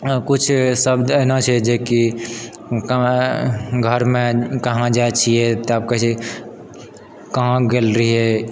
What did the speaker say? कुछ शब्द एना छै जे कि घरमे कहाँ जाइ छियै तब कहै छै कहाँ गेल रहियै